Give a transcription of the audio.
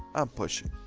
i'm pushing.